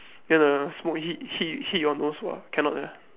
then the smoke hit hit hit your nose !wah! cannot ah